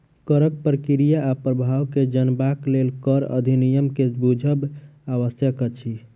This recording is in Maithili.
करक प्रक्रिया आ प्रभाव के जनबाक लेल कर अधिनियम के बुझब आवश्यक अछि